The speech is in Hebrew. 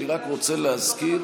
אני רק רוצה להזכיר